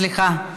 סליחה.